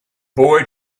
boy